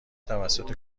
توسط